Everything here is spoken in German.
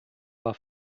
war